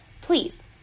Please